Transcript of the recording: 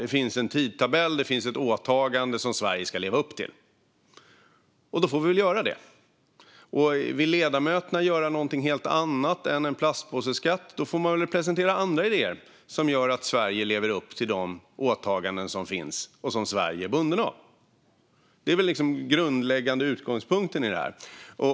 Det finns en tidtabell. Det finns ett åtagande som Sverige ska leva upp till, och då får vi väl göra det. Vill ledamöterna ha något helt annat än en plastpåseskatt får de väl presentera andra idéer så att Sverige kan leva upp till de åtaganden som finns och som Sverige är bundet av. Det är väl liksom den grundläggande utgångspunkten i detta.